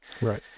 right